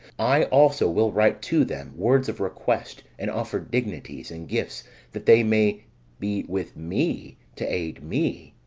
i also will write to them words of request, and offer dignities, and gifts that they may be with me to aid me.